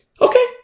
Okay